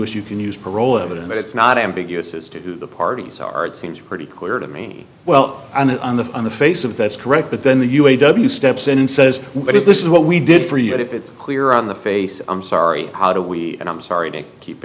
ambiguous you can use parole evidence but it's not ambiguous as to the parties are it seems pretty clear to me well on the on the face of that's correct but then the u a w steps in and says what if this is what we did for you and if it's clear on the face i'm sorry how do we and i'm sorry to keep